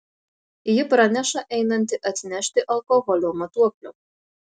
ji praneša einanti atnešti alkoholio matuoklio